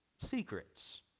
secrets